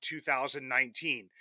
2019